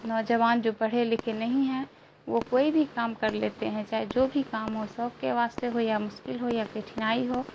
نوجوان جو پڑھے لکھے نہیں ہیں وہ کوئی بھی کام کر لیتے ہیں چاہے جو بھی کام ہو شوق کے واسطے ہو یا مشکل ہو یا کٹھنائی ہو